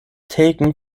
taken